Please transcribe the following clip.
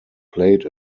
played